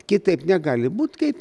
kitaip negali būt kaip